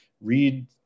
read